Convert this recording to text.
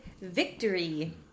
victory